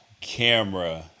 camera